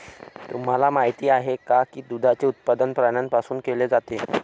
तुम्हाला माहित आहे का की दुधाचे उत्पादन प्राण्यांपासून केले जाते?